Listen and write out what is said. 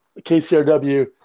KCRW